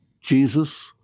Jesus